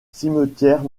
cimetière